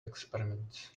experiments